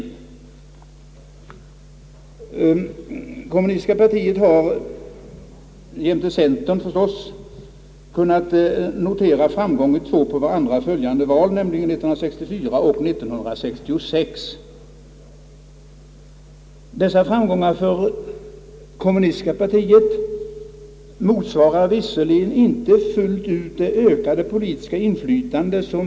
Det kommunistiska partiet har — jämte centern förstås — kunnat notera framgång vid två på varandra följande val, nämligen 1964 och 1966. Dessa framgångar för det kommunistiska partiet motsvarar visserligen inte fullt ut det ökade politiska inflytande som.